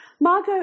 Margot